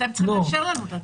אתם צריכים לאשר לנו את התקנות.